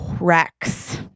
rex